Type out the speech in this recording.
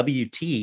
WT